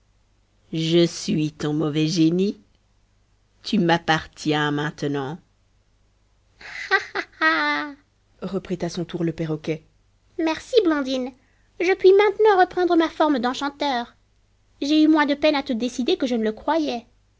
je suis ton mauvais génie tu m'appartiens maintenant ha ha ha reprit à son tour le perroquet merci blondine je puis maintenant reprendre ma forme d'enchanteur j'ai eu moins de peine à te décider que je ne le croyais